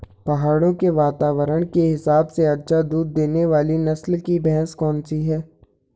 पहाड़ों के वातावरण के हिसाब से अच्छा दूध देने वाली नस्ल की भैंस कौन सी हैं?